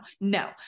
no